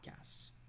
podcasts